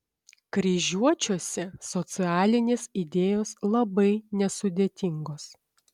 kryžiuočiuose socialinės idėjos labai nesudėtingos